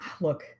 look